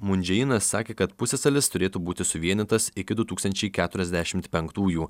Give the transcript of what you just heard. mun džėinas sakė kad pusiasalis turėtų būti suvienytas iki du tūkstančiai keturiasdešimt penktųjų